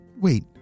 Wait